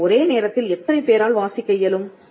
அதை ஒரே நேரத்தில் எத்தனை பேரால் வாசிக்க இயலும்